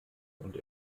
und